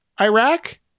Iraq